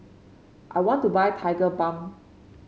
I want to buy Tigerbalm